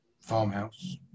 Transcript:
Farmhouse